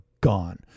gone